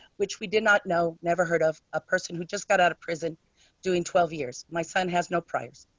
which we did not know never heard of a person who just got out of prison doing twelve years. my son has no price.